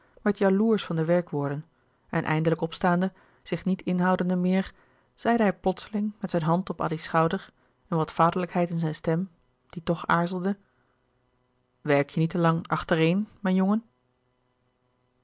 werd jaloersch van de werkwoorden en eindelijk opstaande zich niet inhoudende meer zeide hij plotseling met zijn hand op addy's schouder en wat vaderlijkheid in zijn stem die toch aarzelde louis couperus de boeken der kleine zielen werk je niet te lang achtereen mijn jongen